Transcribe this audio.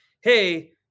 Hey